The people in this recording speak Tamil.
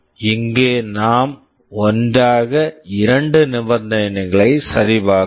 இங்கே நாம் ஒன்றாக இரண்டு நிபந்தனைகளை சரிபார்க்கிறோம்